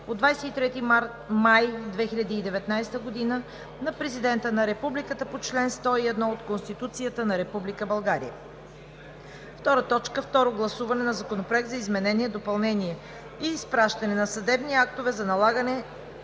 от 23 май 2019 г. на Президента на Републиката по чл. 101 от Конституцията на Република България. 2. Второ гласуване на Законопроекта за признаване, изпълнение и изпращане на съдебни актове за налагане